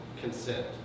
consent